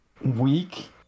week